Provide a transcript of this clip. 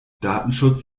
datenschutz